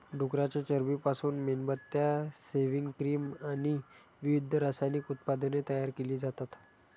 डुकराच्या चरबीपासून मेणबत्त्या, सेव्हिंग क्रीम आणि विविध रासायनिक उत्पादने तयार केली जातात